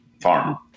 Farm